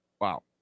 Wow